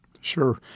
Sure